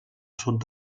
sud